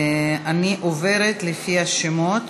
אני עוברת לפי השמות: